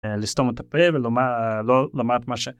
לסתום את הפה ולומר, לא לומר את מה ש.